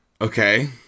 Okay